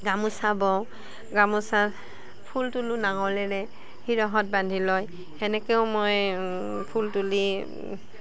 গামোচা বওঁ গামোচা ফুল তোলোঁ নাঙলেৰে শিৰহত বান্ধি লয় সেনেকৈয়ো মই ফুল তুলি